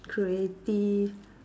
creative